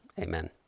amen